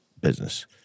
business